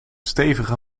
stevige